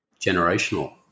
generational